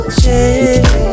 change